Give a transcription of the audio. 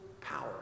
power